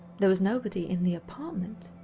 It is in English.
there was nobody in the apartment.